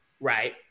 right